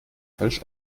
falsch